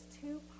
two